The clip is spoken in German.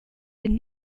den